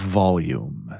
volume